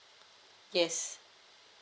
yes